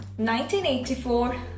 1984